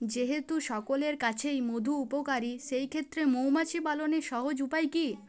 যেহেতু সকলের কাছেই মধু উপকারী সেই ক্ষেত্রে মৌমাছি পালনের সহজ উপায় কি?